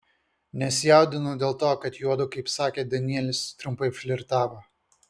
nesijaudinu dėl to kad juodu kaip sakė danielis trumpai flirtavo